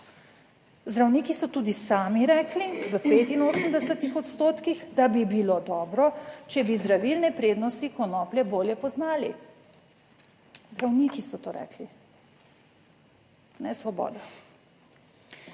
Zdravniki so tudi sami rekli v 85 %, da bi bilo dobro, če bi zdravilne prednosti konoplje bolje poznali. Zdravniki so to rekli, ne Svoboda.